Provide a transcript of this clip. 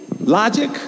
Logic